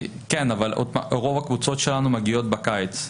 כן, אבל רוב הקבוצות שלנו מגיעות בקיץ.